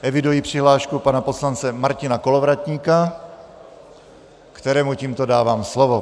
Eviduji přihlášku pana poslance Martina Kolovratníka, kterému tímto dávám slovo.